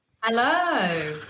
Hello